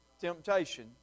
temptation